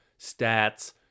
stats